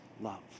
love